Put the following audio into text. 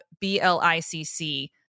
B-L-I-C-C